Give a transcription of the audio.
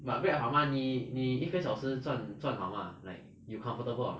but grab 好吗你你一个小时赚赚好吗你你 you comfortable or not